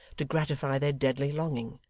to gratify their deadly longing.